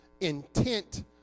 intent